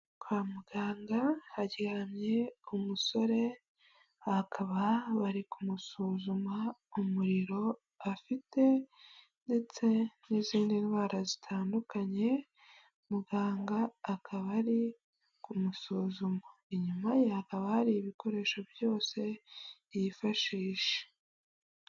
Kwa muganga haryamye umusore, bakaba bari kumusuzuma umuriro afite ndetse n'izindi ndwara zitandukanye, muganga akaba ari kumusuzuma. Inyuma ye hakaba hari ibikoresho byose yifashisha.